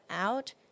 out